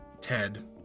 Ted